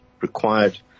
required